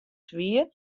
swier